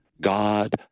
God